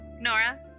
Nora